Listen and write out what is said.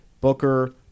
Booker